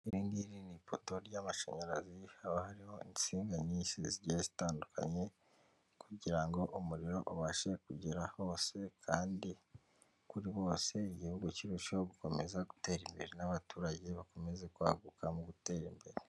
Iri ngiri ni ipoto ry'amashanyarazi, haba hariho insinga nyinshi zigiye zitandukanye kugira ngo umuriro ubashe kugera hose kandi kuri bose, igihugu kirusheho gukomeza gutera imbere n'abaturage bakomeze kwaguka mu gutera imbere.